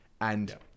And-